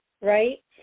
Right